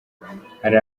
hali